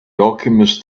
alchemist